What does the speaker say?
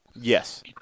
Yes